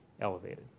elevated